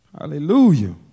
Hallelujah